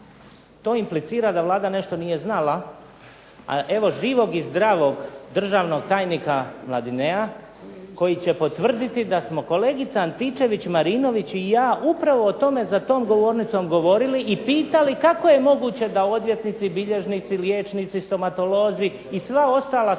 To implicira da Vlada nešto nije znala, a evo živog i zdravog državnog tajnika Mladinea koji će potvrditi da smo kolegica Antičević-Marinović i ja upravo o tome, za tom govornicom govorili i pitali kako je moguće da odvjetnici, bilježnici, liječnici, stomatolozi i sva ostala slobodna